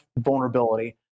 vulnerability